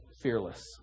fearless